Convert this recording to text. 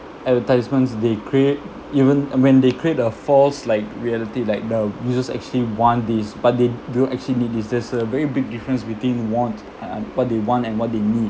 advertisements they create even when they create a false like reality like the users actually want this but they don't actually need this there's a very big difference between want uh what they want and what they need